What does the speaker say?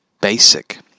basic